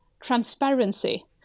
transparency